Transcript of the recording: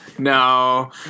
No